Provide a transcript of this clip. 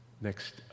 Next